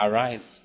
Arise